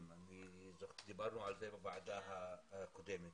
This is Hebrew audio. דיברנו על זה בוועדה הקודמת.